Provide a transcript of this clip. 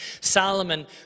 Solomon